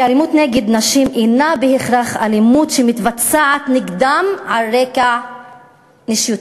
אלימות נגד נשים אינה בהכרח אלימות שמתבצעת נגדן על רקע נשיותן,